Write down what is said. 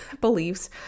beliefs